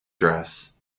dress